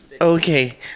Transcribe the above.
Okay